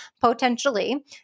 potentially